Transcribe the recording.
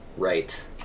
Right